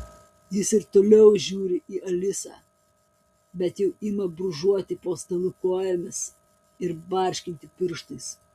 jis ir toliau žiūri į alisą bet jau ima brūžuoti po stalu kojomis ir barškinti pirštais